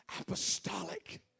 apostolic